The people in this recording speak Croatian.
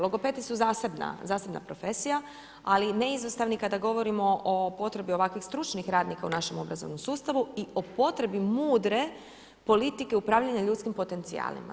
Logopedi su zasebna profesija, ali neizostavni kada govorimo o potrebi ovakvih stručnih radnika u našem obrazovnom sustavu i o potrebi mudre politike upravljanja ljudskim potencijalima.